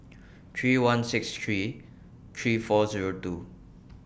three one six three three four Zero two